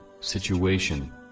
situation